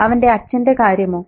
അവന്റെ അച്ഛന്റെ കാര്യമോ